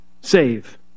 save